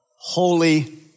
Holy